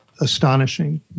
astonishing